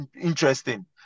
interesting